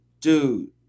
dude